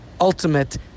ultimate